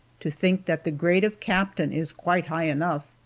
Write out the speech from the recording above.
to think that the grade of captain is quite high enough.